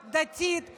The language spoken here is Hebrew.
יגרום לדבר מאוד פשוט,